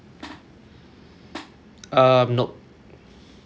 uh nope